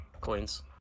coins